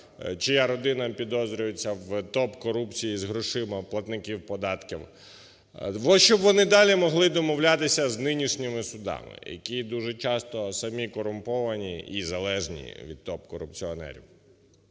чия родина підозрюється в топ-корупції з грошима платників податків, щоб вони далі могли домовлятися з нинішніми судами, які дуже часто самі корумповані і залежні від топ-корупціонерів.